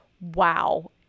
wow